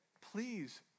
please